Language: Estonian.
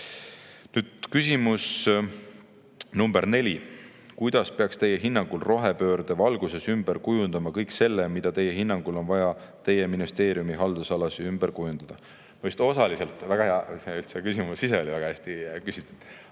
Nüüd küsimus number neli: "Kuidas peaks Teie hinnangul rohepöörde valguses ümber kujundama kõik selle, mida Teie hinnangul on vaja Teie ministeeriumi haldusalas ümber kujundada?" Väga hea, see küsimus ise on üldse väga hästi küsitud.